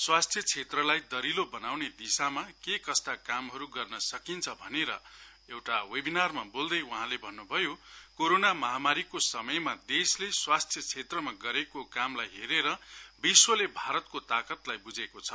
स्वास्थ क्षेत्रलाई दहिलो बनाउँने दिशामा के कस्तो कामहरू गर्न सकिन्छ भनेर वेभिनारमा बोल्दै वहाँले भन्नुभयो कोरोना महामारीको समयमा देशले स्वास्थ्य क्षेत्रमा गरेको कामलाई हेरेर विश्वले भारतको ताकतलाई बुझेको छ